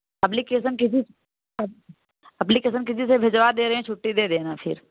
application किसी अप application किसी से भिजवा दे रहे छुट्टी दे देना